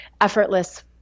effortless